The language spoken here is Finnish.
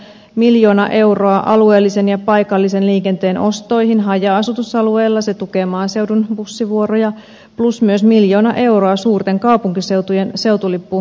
miljoona euroa alueellisen ja paikallisen liikenteen ostoihin haja asutusalueilla mikä tukee maaseudun bussivuoroja plus myös miljoona euroa suurten kaupunkiseutujen seutulippujärjestelmään